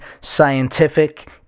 scientific